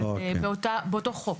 אבל זה באותו חוק.